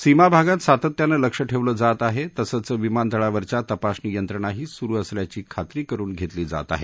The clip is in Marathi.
सीमा भागात सातत्यानं लक्ष ठेवलं जात आहे तसंच विमानतळावरच्या तपासणी यंत्रणाही सुरु असल्याची खात्री करुन घेतली जात आहे